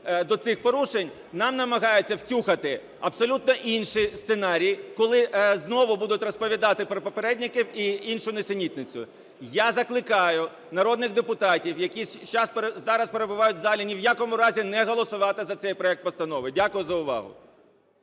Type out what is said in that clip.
до цих порушень, нам намагаються "втюхати" абсолютно інший сценарій, коли знову будуть розповідати про попередників і іншу нісенітницю. Я закликаю народних депутатів, які зараз перебувають в залі, ні в якому разі не голосувати за цей проект постанови. Дякую за увагу.